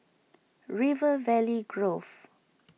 River Valley Grove